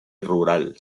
rural